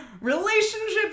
relationships